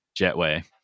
jetway